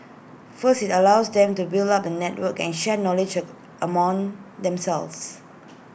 first IT allows them to build up the network and share knowledge among themselves